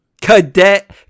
Cadet